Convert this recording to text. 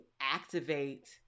activate